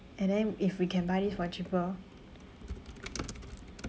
and then if we can buy this for cheaper